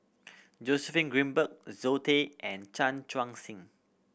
Joseph Grimberg Zoe Tay and Chan Chuang Sing